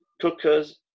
cookers